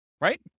right